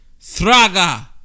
Thraga